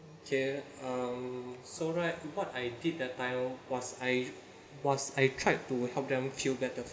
okay um so right what I did that time was I was I tried to help them feel better